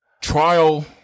trial